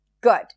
Good